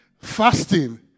fasting